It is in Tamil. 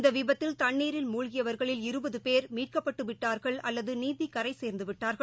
இந்த விபத்தில் தண்ணீரில் மூழ்கியவர்களில் இருபது பேர் மீட்கப்பட்டு விட்டார்கள் அல்லது நீந்தி கரை சேர்ந்து விட்டார்கள்